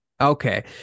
Okay